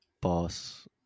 boss